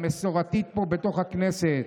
המסורתית פה בתוך הכנסת,